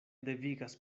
devigas